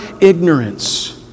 ignorance